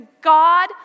God